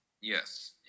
Yes